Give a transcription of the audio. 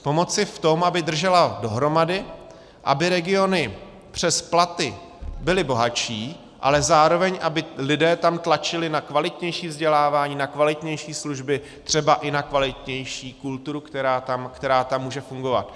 Pomoci v tom, aby držela dohromady, aby regiony přes platy byly bohatší, ale zároveň aby tam lidé tlačili na kvalitnější vzdělávání, na kvalitnější služby, třeba i na kvalitnější kulturu, která tam může fungovat.